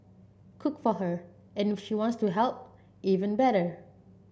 cook for her and if she wants to help even better